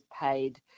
paid